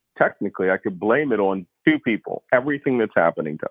technically, i could blame it on two people. everything that's happening to